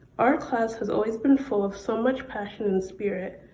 our class has always been full of so much passion and spirit.